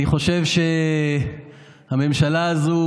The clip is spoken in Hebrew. אני חושב שהממשלה הזו,